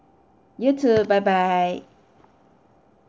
you too bye bye